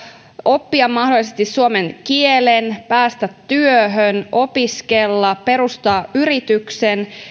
oppia mahdollisesti suomen kielen päästä työhön opiskella perustaa yrityksen